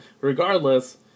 Regardless